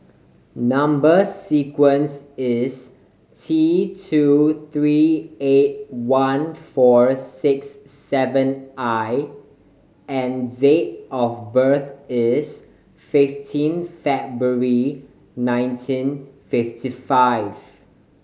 number sequence is T two three eight one four six seven I and date of birth is fifteen February nineteen fifty five